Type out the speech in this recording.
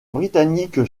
britanniques